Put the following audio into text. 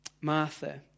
Martha